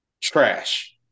trash